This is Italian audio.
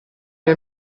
mio